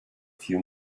few